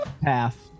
path